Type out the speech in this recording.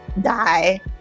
die